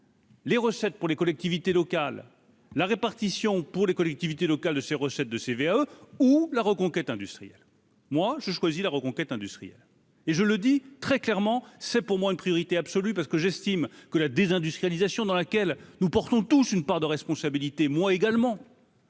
Les recettes pour les collectivités locales, la répartition pour les collectivités locales de ses recettes de CVAE ou la reconquête industrielle moi je choisis la reconquête industrielle et je le dis très clairement, c'est pour moi une priorité absolue, parce que j'estime que la désindustrialisation dans laquelle nous portons tous une part de responsabilité, moi également.